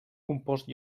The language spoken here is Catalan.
compost